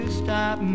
stop